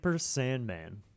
Sandman